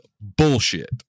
bullshit